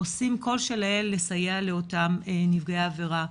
עושים כל שיהיה על מנת לסייע לאותם נפגעי עבירה.